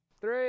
three